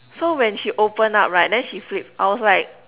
so when she open up right then she flip I was like